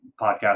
podcast